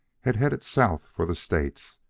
had headed south for the states,